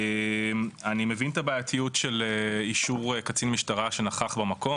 אני מבין את הבעייתיות של אישור קצין משטרה שנכח במקום,